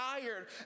tired